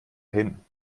hin